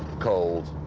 cold,